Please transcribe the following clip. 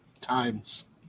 times